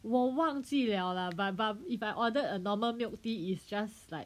我忘记了啦 but but if I ordered a normal milk tea is just like